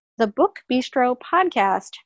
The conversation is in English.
thebookbistropodcast